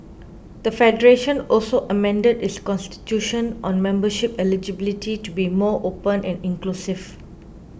the Federation also amended its Constitution on membership eligibility to be more open and inclusive